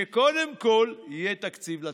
שקודם כול יהיה תקציב לתמיכות.